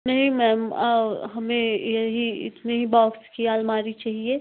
नहीं मैम हमें यही इतने ही बॉक्स की आलमारी चाहिए